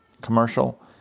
commercial